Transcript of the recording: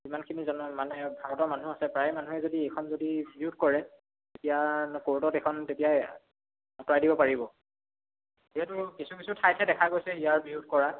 যিমানখিনি জন মানুহে ভাৰতৰ মানুহ আছে প্ৰায় মানুহেই যদি এইখন যদি বিৰোধ কৰে তেতিয়া ক'ৰ্টত এইখন তেতিয়া আঁতৰাই দিব পাৰিব যিহেতু কিছু কিছু ঠাইতহে দেখা গৈছে ইয়াৰ বিৰোধ কৰা